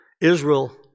Israel